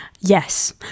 yes